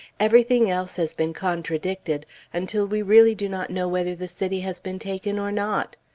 everything else has been contradicted until we really do not know whether the city has been taken or not.